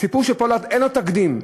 הסיפור של פולארד אין לו תקדים,